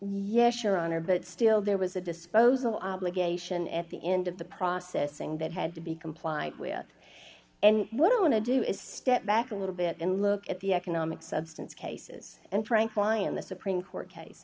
yeah sure honor but still there was a disposal obligation at the end of the processing that had to be complied with and what i want to do is step back a little bit and look at the economic substance cases and frank lyon the supreme court case